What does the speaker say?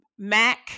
Mac